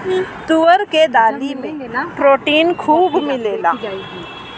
तुअर के दाली में प्रोटीन खूब मिलेला